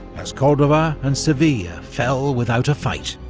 as cordoba and seville fell without a fight.